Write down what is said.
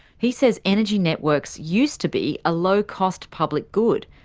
he says energy networks used to be a low-cost, public good,